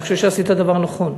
אני חושב שעשית דבר נכון.